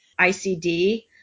ICD